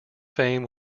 fame